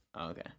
okay